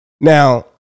Now